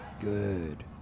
Good